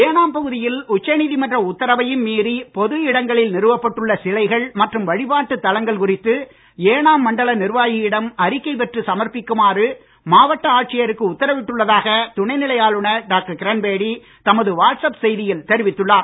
ஏனாம் பகுதியில் உச்சநீதிமன்ற உத்தரவையும் மீறி பொது இடங்களில் நிறுவப்பட்டுள்ள சிலைகள் மற்றும் வழிபாட்டுத் தலங்கள் குறித்து ஏனாம் மண்டல நிர்வாகியிடம் அறிக்கை பெற்று சமர்ப்பிக்குமாறு மாவட்ட துணைநிலை ஆளுநர் டாக்டர் கிரண்பேடி தமது வாட்ஸ் அப் செய்தியில் தெரிவித்துள்ளார்